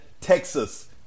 Texas